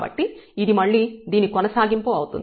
కాబట్టి ఇది మళ్ళీ దీని కొనసాగింపు అవుతుంది